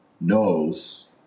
knows